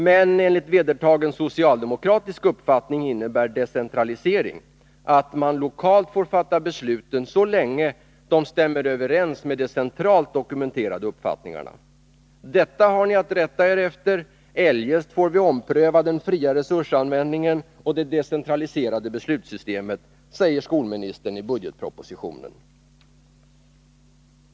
Men enligt vedertagen socialdemokratisk uppfattning innebär decentralisering att man lokalt får fatta besluten så länge de stämmer överens med de centralt dokumenterade uppfattningarna. Detta har ni att rätta er efter. Eljest får vi ompröva den fria resursanvändningen och det decentraliserade beslutssystemet, säger skolministern i budgetpropositionen.